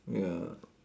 ya